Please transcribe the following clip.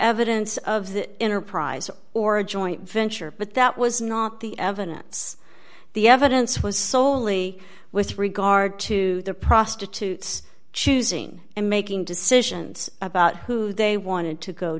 evidence of the enterprise or a joint venture but that was not the evidence the evidence was soley with regard to the prostitutes choosing and making decisions about who they wanted to go